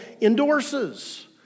endorses